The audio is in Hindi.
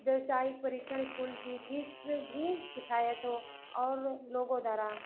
बेवसाइक परिक्षण इस्कूल की फ़ीस भी किफायत हो और लोगों द्वारा